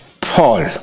Paul